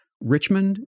Richmond